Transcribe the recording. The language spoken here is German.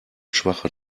schwacher